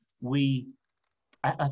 we—I